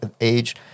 age